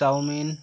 chowmein